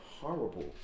horrible